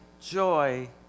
joy